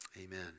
Amen